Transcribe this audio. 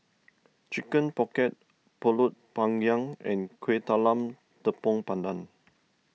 Chicken Pocket Pulut Panggang and Kueh Talam Tepong Pandan